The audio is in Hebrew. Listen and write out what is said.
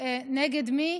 נגד מי